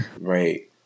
Right